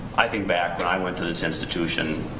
i think back when i went to this institution